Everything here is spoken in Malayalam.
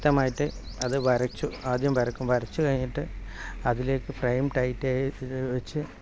വ്യക്തമായിട്ട് അത് വരച്ചു ആദ്യം വരക്കും വരച്ചു കഴിഞ്ഞിട്ട് അതിലേക്ക് ഫ്രെയിം ടൈറ്റായി വെച്ച്